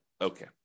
okay